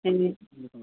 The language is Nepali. ए